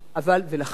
ולכן,